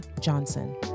Johnson